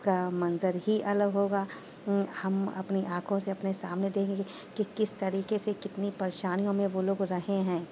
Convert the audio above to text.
اس کا منظر ہی الگ ہوگا ہم اپنى آنكھوں سے اٰپنے سامنے ديكھيں گے كہ كس طریقے سے کتنی پریشانیوں میں وہ لوگ رہے ہیں